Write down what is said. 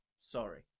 Sorry